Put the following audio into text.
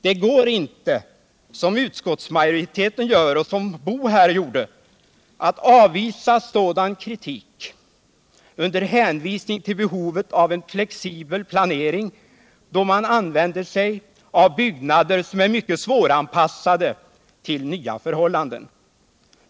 Det går inte — som utskottsmajoriteten gör och som Karl Boo här gjorde — att avvisa sådan kritik med hänvisning till behovet av en flexibel planering, eftersom man använder sig av byggnader som är mycket svåranpassade till nya förhållanden.